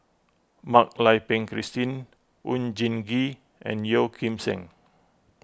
Mak Lai Peng Christine Oon Jin Gee and Yeo Kim Seng